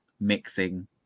mixing